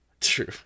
True